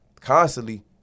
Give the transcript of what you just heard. Constantly